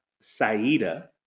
Saida